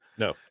No